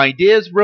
Ideas